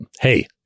hey